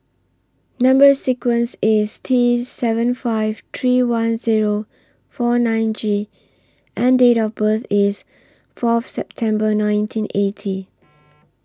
Number sequence IS T seven five three one Zero four nine G and Date of birth IS forth September nineteen eighty